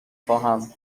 خواهم